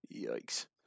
Yikes